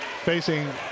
Facing